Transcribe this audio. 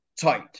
tight